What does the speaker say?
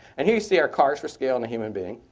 and here you see our cars for scale and a human being.